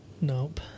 Nope